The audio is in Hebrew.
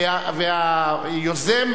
והיוזם,